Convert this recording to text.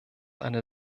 eine